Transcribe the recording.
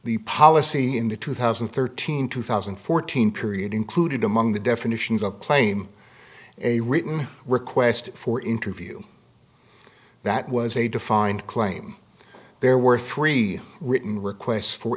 the policy in the two thousand and thirteen two thousand and fourteen period included among the definitions of claim a written request for interview that was a defined claim there were three written requests for